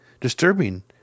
disturbing